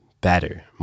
better